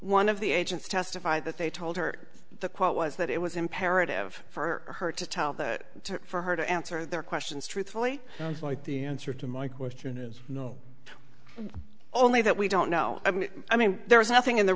one of the agents testified that they told her the quote was that it was imperative for her to tell the for her to answer their questions truthfully like the answer to my question is no only that we don't know i mean there is nothing in the